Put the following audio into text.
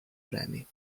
premi